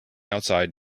outside